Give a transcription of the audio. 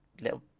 little